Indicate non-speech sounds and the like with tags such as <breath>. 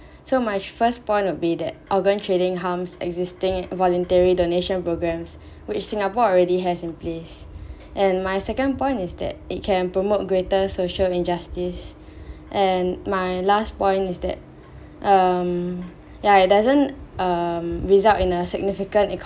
so my first point would be that organ trading harms existing voluntary donation programmes which singapore already has in place <breath> and my second point is that it can promote greater social injustice <breath> and my last point is that <breath> um yeah it doesn't result um in a significant